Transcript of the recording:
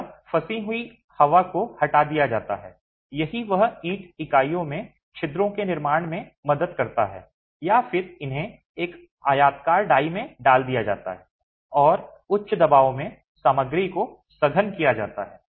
यह फंसी हुई हवा को हटा दिया जाता है यही वह ईंट इकाइयों में छिद्रों के निर्माण में भी मदद करता है और फिर इन्हें एक आयताकार डाई में डाल दिया जाता है और उच्च दबाव में सामग्री को सघन किया जाता है